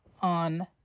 on